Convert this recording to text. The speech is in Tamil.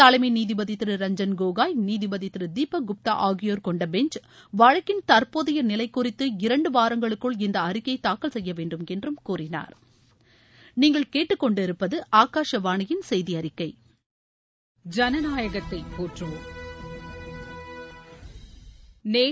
தலைமை நீதிபதி திரு ரஞ்சன் கோகோய் நீதிபதி திரு தீபக் குப்தா ஆகியோர் கொண்ட பெஞ்ச் வழக்கின் தற்போதைய நிலை குறித்து இரண்டு வாரங்களுக்குள் இந்த அறிக்கையய தாக்கல் செய்ய வேண்டும் என்றும் கூறினர்